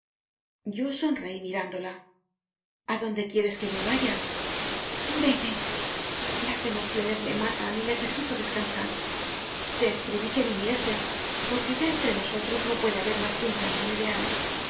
yo sonreí mirándola a dónde quieres que me vaya vete las emociones me matan y ne cesito descansar te escribí que vinieses porque ya entre nosotros no puede haber más que un cariño ideal